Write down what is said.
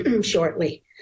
shortly